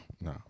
no